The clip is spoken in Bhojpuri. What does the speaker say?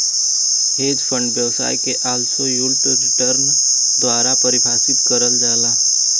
हेज फंड व्यवसाय के अब्सोल्युट रिटर्न द्वारा परिभाषित करल जाला